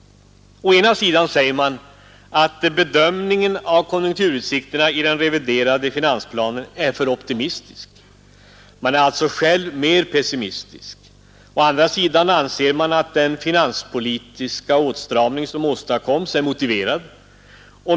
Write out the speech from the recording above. Å ena sidan säger man att bedömningen av konjunkturutsikterna i den reviderade finansplanen är för optimistisk. Man är alltså själv mer pessimistisk. Å andra sidan anser man att den finanspolitiska åtstramning som åstadkoms är motiverad.